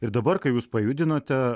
ir dabar kai jūs pajudinote